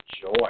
joy